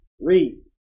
Read